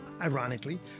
ironically